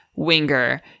Winger